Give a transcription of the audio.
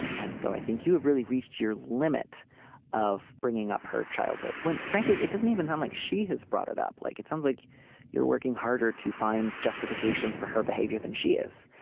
and so i think you have really reached your limit of bringing up her childhood when frankly it doesn't even sound like she has brought it up like it sounds like you're working harder to find justifications for her behavior than she is.